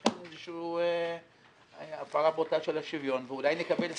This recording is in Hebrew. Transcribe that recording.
יש כאן איזושהי הפרה בוטה של השוויון ואולי נקבל סעד,